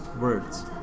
words